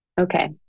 okay